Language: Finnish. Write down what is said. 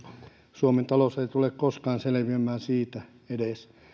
suomen talous ei tule koskaan selviämään siitä edes